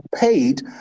paid